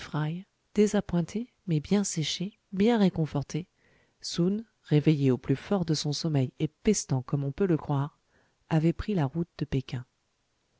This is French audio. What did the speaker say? désappointés mais bien séchés bien réconfortés soun réveillé au plus fort de son sommeil et pestant comme on peut le croire avaient pris la route de péking